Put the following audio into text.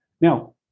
Now